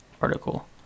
article